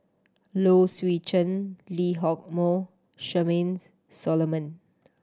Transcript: Low Swee Chen Lee Hock Moh Charmaine Solomon